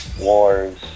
wars